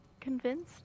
convinced